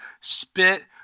spit